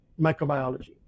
microbiology